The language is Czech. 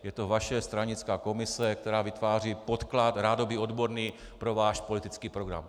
Je to vaše stranická komise, která vytváří podklad, rádoby odborný, pro váš politický program.